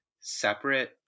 separate